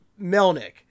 Melnick